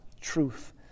truth